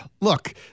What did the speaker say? Look